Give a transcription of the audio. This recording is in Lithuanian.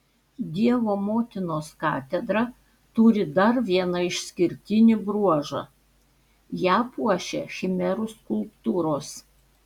dievo motinos katedra turi dar vieną išskirtinį bruožą ją puošia chimerų skulptūros